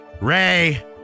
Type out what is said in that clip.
Ray